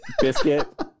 biscuit